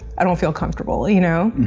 i don't feel comfortable, you know.